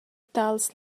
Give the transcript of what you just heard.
tals